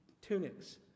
tunics